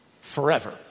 Forever